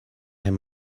him